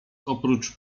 oprócz